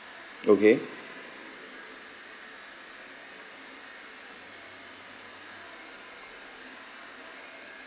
okay